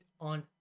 on